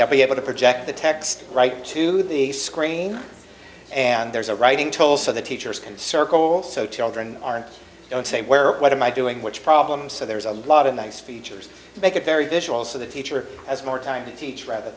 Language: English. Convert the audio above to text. they'll be able to project the text right to the screen and there's a writing toll so the teachers can circle also children aren't don't say where or what am i doing which problem so there's a lot of nice features to make it very visual so the teacher has more time to teach rather